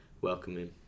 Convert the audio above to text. welcoming